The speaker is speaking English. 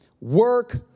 work